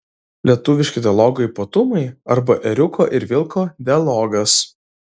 lietuviški dialogo ypatumai arba ėriuko ir vilko dialogas